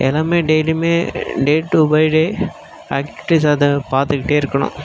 எல்லாமே டெயிலியுமே date to by day activities அதை பார்த்துக்குட்டே இருக்கணும்